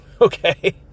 Okay